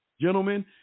gentlemen